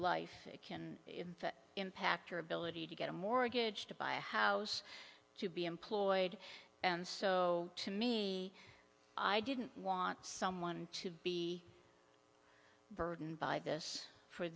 life can impact your ability to get a mortgage to buy a house to be employed and so to me i didn't want someone to be burdened by this for